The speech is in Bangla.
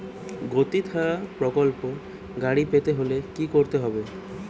গতিধারা প্রকল্পে গাড়ি পেতে হলে কি করতে হবে?